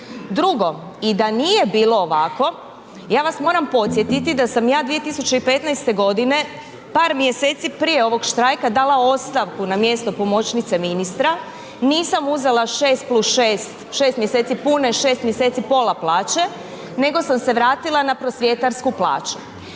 Drugo, i da nije bilo ovako ja vas moram podsjetiti da sam ja 2015. godine par mjeseci prije ovog štrajka dala ostavku na mjesto pomoćnice ministra, nisam uzela 6+6, šest mjeseci pune, šest mjeseci pola plaće nego sam se vratila na prosvjetarsku plaću.